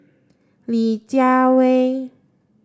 Li Jiawei